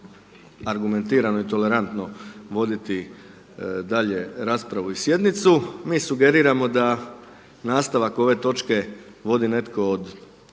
argumentirano i tolerantno voditi dalje raspravu i sjednicu. Mi sugeriramo da nastavak ove točke vodi netko od